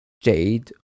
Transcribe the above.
jade